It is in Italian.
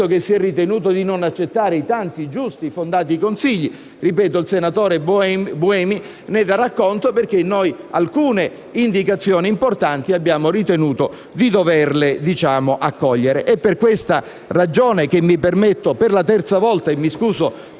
che si è ritenuto di non accettare i tanti giusti fondati consigli; ripeto che il senatore Buemi ne darà conto, perché noi alcune indicazioni importanti abbiamo ritenuto di doverle accogliere. È per questa ragione che mi permetto per la terza volta - e mi scuso